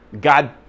God